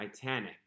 Titanic